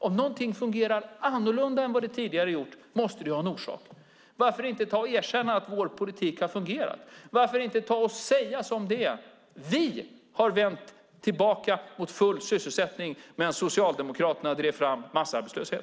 Om någonting fungerar annorlunda än vad det tidigare gjort måste det ha en orsak. Varför inte ta och erkänna att vår politik har fungerat? Varför inte ta och säga som det är: Vi har vänt tillbaka mot full sysselsättning, medan Socialdemokraterna drev fram massarbetslöshet!